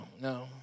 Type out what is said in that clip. no